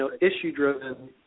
issue-driven